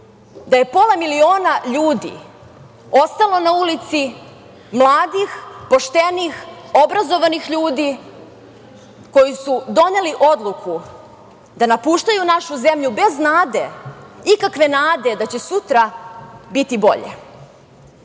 da je pola miliona ljudi ostalo na ulici, mladih, poštenih, obrazovanih ljudi koji su doneli odluku da napuštaju našu zemlju bez nade, ikakve nade, da će sutra biti bolje. Upravo